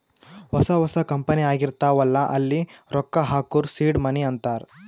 ಹೊಸಾ ಹೊಸಾ ಕಂಪನಿ ಆಗಿರ್ತಾವ್ ಅಲ್ಲಾ ಅಲ್ಲಿ ರೊಕ್ಕಾ ಹಾಕೂರ್ ಸೀಡ್ ಮನಿ ಅಂತಾರ